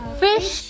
fish